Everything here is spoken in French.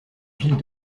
ville